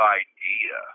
idea